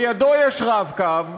בידו יש "רב-קו".